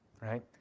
right